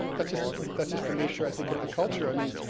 that's just that's just the nature, i think, of the culture. i mean,